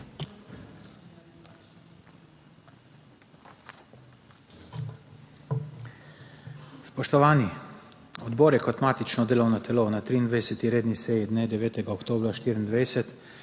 Spoštovani! Odbor je kot matično delovno telo na 23. redni seji dne 9. oktobra